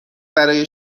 برای